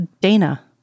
Dana